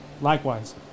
Likewise